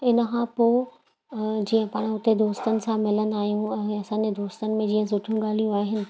इन खां पोइ जीअं पाण उते दोस्तनि सां मिलंदा आहियूं ऐं असांजे दोस्तनि में जीअं सुठियूं ॻाल्हियूं आहिनि